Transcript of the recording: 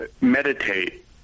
meditate